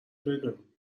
بدونین